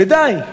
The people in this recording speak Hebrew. ודי.